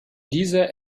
diese